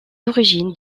origines